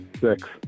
Six